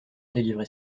délivrer